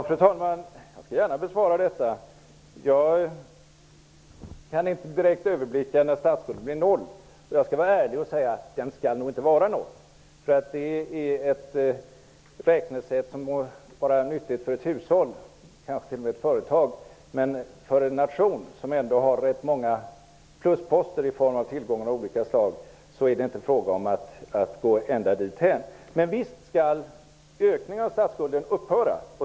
Fru talman! Jag skall gärna besvara detta. Jag kan inte direkt överblicka när statsskulden blir noll, och jag skall vara ärlig och säga att den nog inte skall vara noll. Det är ett räknesätt som bara är nyttigt för ett hushåll och kanske t.o.m. för ett företag. För en nation, som ändå har rätt många plusposter i form av tillgångar av olika slag, är det inte fråga om att gå ända dithän. Men visst skall ökningen av statsskulden upphöra.